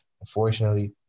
unfortunately